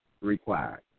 required